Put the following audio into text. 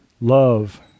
Love